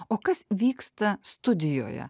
o kas vyksta studijoje